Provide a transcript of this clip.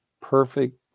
Perfect